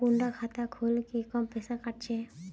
कुंडा खाता खोल ले कम पैसा काट छे?